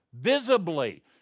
visibly